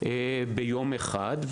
ביום אחד,